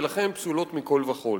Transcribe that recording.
ולכן הן פסולות מכול וכול.